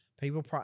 People